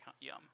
yum